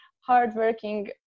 hardworking